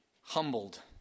humbled